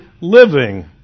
living